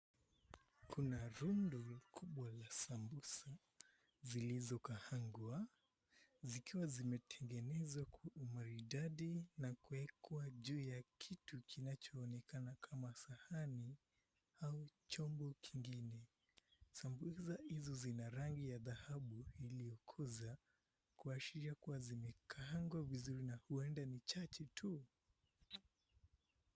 Kuna rundo kubwa la sambusa zilizokaangwa zikiwa zimetengenezwa kwa umaridadi na kuwekwa juu ya kitu kinachoonekana kama sahani au chombo kingine. Sambusa hizo zina rangi ya dhahabu iliyokoza kuashiria kuwa zimekaangwa vizuri na huenda ni chache tu.